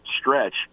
stretch